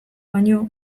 baino